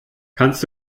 kannst